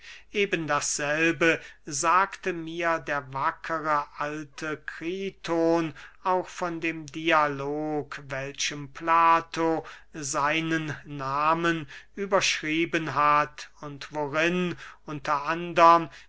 geben ebendasselbe sagte mir der wackere alte kriton auch von dem dialog welchem plato seinen nahmen überschrieben hat und worin unter anderm